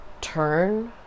turn